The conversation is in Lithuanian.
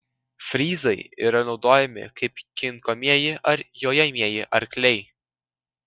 fryzai yra naudojami kaip kinkomieji ar jojamieji arkliai